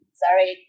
sorry